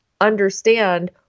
understand